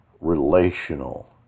relational